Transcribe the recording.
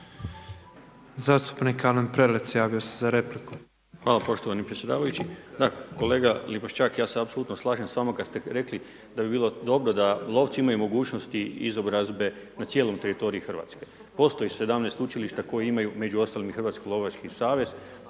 Zastupnik Alen Prelec javio se za repliku. **Prelec, Alen (SDP)** Hvala poštovani predsjedavajući. Da, kolega Lipošćak ja se apsolutno slažem s vama kada ste rekli da bi bilo dobro da lovci imaju mogućnosti izobrazbe na cijelom teritoriju RH. Postoji 17 učilišta koji imaju, među ostalim i Hrvatski lovački savez,